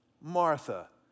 Martha